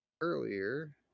earlier